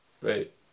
Great